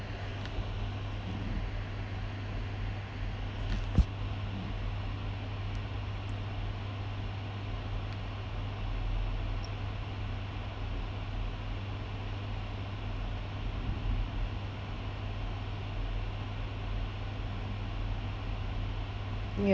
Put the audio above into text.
ya